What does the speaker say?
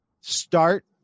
Start